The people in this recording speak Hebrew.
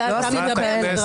כרגיל, עמדתי נשמעת ואתה מתקדם.